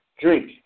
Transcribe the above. Drink